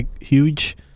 huge